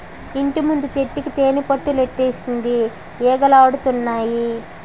ఇంటిముందు చెట్టుకి తేనిపట్టులెట్టేసింది ఈగలాడతన్నాయి